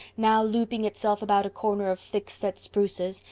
now looping itself about a corner of thick set spruces,